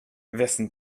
wessen